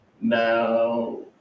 Now